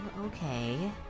okay